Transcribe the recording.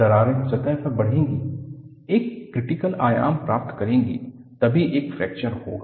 दरारें सतह पर बढ़ेंगी एक क्रिटिकल आयाम प्राप्त करेंगी तभी एक फ्रैक्चर होगा